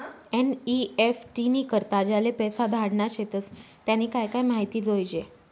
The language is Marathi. एन.ई.एफ.टी नी करता ज्याले पैसा धाडना शेतस त्यानी काय काय माहिती जोयजे